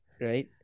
Right